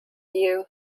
you